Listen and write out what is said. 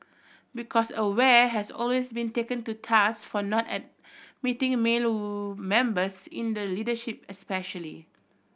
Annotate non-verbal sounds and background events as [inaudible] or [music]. because Aware has always been taken to task for not admitting male [unintelligible] members in the leadership especially